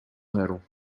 hurdle